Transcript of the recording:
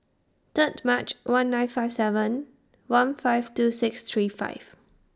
Third March one nine five seven one five two six three five